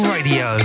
Radio